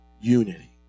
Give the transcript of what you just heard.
unity